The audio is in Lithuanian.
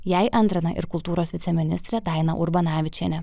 jai antrina ir kultūros viceministrė daina urbanavičienė